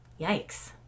Yikes